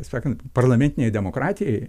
sakant parlamentinėj demokratijoj